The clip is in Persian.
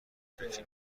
فکری